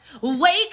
Wake